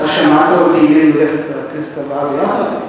שמעת אותי הולך בכנסת הבאה ביחד?